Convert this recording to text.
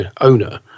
owner